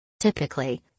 Typically